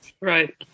Right